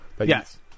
Yes